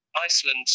Iceland